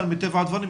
מטבע הדברים,